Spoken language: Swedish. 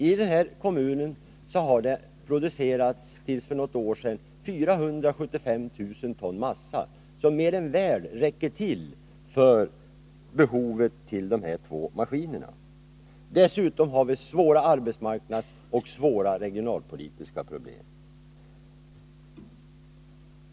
I denna kommun har det tills för något år sedan producerats 475 000 ton massa, som mer än väl räcker till för behovet vid de två maskinerna. Dessutom har kommunen svåra arbetsmarknadsoch regionalpolitiska problem.